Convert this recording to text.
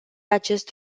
acest